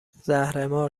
زهرمار